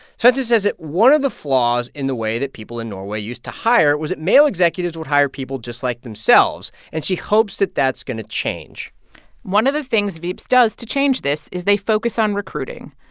so says that one of the flaws in the way that people in norway used to hire was that male executives would hire people just like themselves, and she hopes that that's going to change one of the things vipps does to change this is they focus on recruiting.